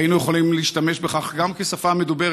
והיינו יכולים להשתמש בכך גם כשפה מדוברת,